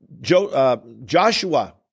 Joshua